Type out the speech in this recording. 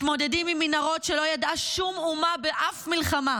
מתמודדים עם מנהרות שלא ידעה שום אומה באף מלחמה.